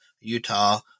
Utah